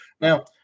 Now